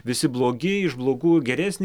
visi blogi iš blogų geresnį